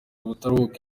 ubutaruhuka